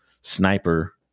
sniper